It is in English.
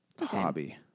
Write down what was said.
hobby